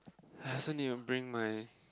I also need to bring my